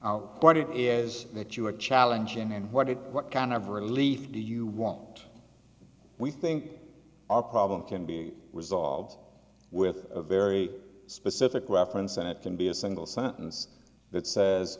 it is that you are challenging and what it what kind of relief do you want we think our problem can be resolved with a very specific reference and it can be a single sentence that says